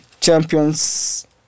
champions